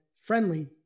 friendly